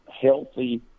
healthy